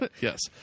Yes